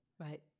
right